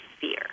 fear